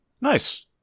Nice